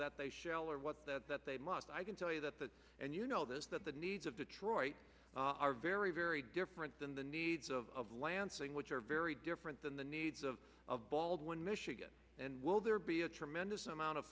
that they shall or what that that they must i can tell you that that and you know this that the needs of detroit are very very different than the needs of lansing which are very different than the needs of of baldwin michigan and will there be a tremendous amount of